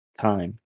time